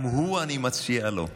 גם הוא, אני מציע לו: